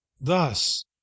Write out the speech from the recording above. thus